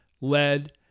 Lead